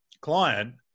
client